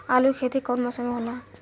आलू के खेती कउन मौसम में होला?